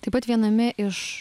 taip pat viename iš